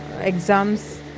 exams